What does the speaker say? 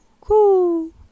Cool